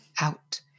out